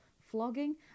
flogging